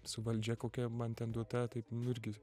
su valdžia kokia man ten duota taip nu irgi